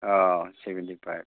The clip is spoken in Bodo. औ सेभेनटि फाइफ